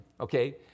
okay